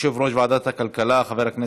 בעד,